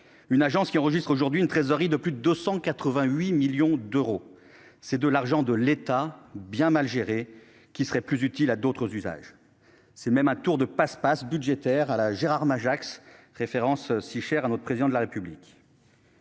civique, laquelle dispose aujourd'hui d'une trésorerie de plus de 288 millions d'euros ! Cet argent de l'État, bien mal géré, serait plus utile à d'autres usages. On peut même parler d'un tour de passe-passe budgétaire à la Gérard Majax, référence si chère à notre Président de la République.